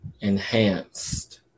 enhanced